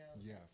Yes